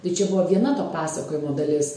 tai čia buvo viena to pasakojimo dalis